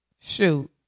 Shoot